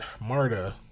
Marta